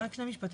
רק שני משפטים,